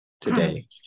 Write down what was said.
today